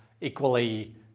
equally